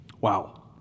Wow